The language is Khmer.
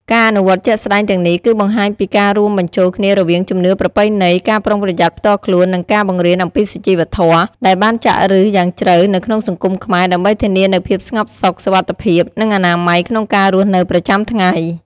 ការអនុវត្តជាក់ស្តែងទាំងនេះគឺបង្ហាញពីការរួមបញ្ចូលគ្នារវាងជំនឿប្រពៃណី ការប្រុងប្រយ័ត្នផ្ទាល់ខ្លួន និងការបង្រៀនអំពីសុជីវធម៌ ដែលបានចាក់ឫសយ៉ាងជ្រៅនៅក្នុងសង្គមខ្មែរ ដើម្បីធានានូវភាពស្ងប់សុខ សុវត្ថិភាព និងអនាម័យក្នុងការរស់នៅប្រចាំថ្ងៃ ។